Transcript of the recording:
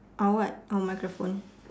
or what oh microphone